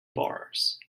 bars